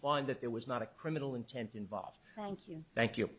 find that there was not a criminal intent involved thank you